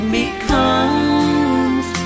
becomes